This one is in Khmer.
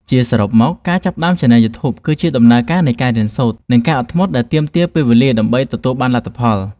ជាសរុបមក ការចាប់ផ្តើមឆានែលយូធូប គឺជាដំណើរការនៃការរៀនសូត្រ និងការអត់ធ្មត់ដែលទាមទារពេលវេលាដើម្បីទទួលបានលទ្ធផល។